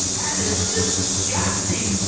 that is disgusting.